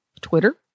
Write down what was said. Twitter